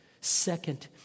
Second